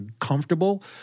comfortable